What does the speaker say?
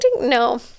no